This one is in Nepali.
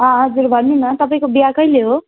अँ हजुर भन्नुहोस् न तपाईँको बिहा कहिले हो